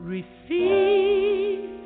Receive